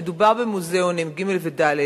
מדובר במוזיאונים, ג' וד'